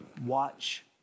Watch